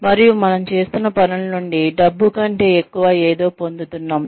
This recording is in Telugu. మరియు మనం చేస్తున్న పనుల నుండి డబ్బు కంటే ఎక్కువ ఏదో పొందుతున్నాము